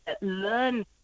learn